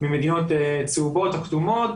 ממדינות צהובות או כתומות,